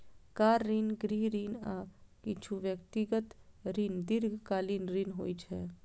car ऋण, गृह ऋण, आ किछु व्यक्तिगत ऋण दीर्घकालीन ऋण होइ छै